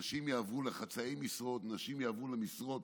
נשים יעברו לחצאי משרות, נשים יעברו למשרות